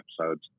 episodes